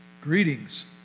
Greetings